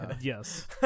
Yes